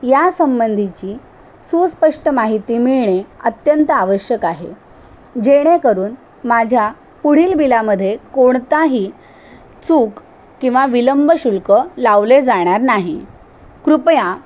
या संबंधीची सुस्पष्ट माहिती मिळणे अत्यंत आवश्यक आहे जेणेकरून माझ्या पुढील बिलामध्ये कोणताही चूक किंवा विलंब शुल्क लावले जाणार नाही कृपया